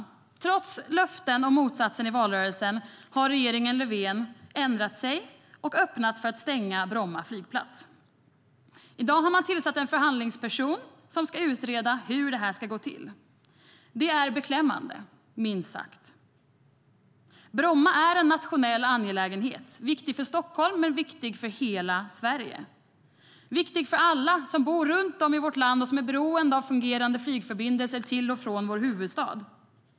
Trots löften om motsatsen i valrörelsen har regeringen Löfven ändrat sig och öppnat för att stänga Bromma flygplats. I dag har man tillsatt en förhandlingsperson som ska utreda hur det ska gå till. Det är beklämmande, minst sagt. Bromma flygplats är en nationell angelägenhet. Den är viktig för Stockholm och viktig för hela Sverige. Den är viktig för alla som bor runt om i vårt land och som är beroende av fungerande flygförbindelser till och från vår huvudstad.